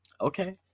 Okay